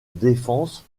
défense